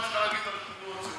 מה יש לך להגיד על השידור הציבורי.